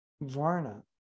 varna